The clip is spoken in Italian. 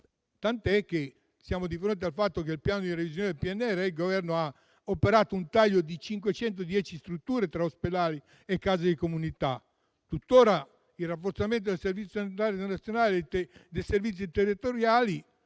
sanitario universale, tanto che nel piano di revisione del PNRR il Governo ha operato un taglio di 510 strutture tra ospedali e case di comunità. Tuttora il rafforzamento del Servizio sanitario nazionale e dei servizi territoriali,